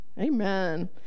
Amen